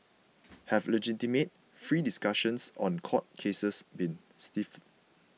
have legitimate free discussions on court cases been stifled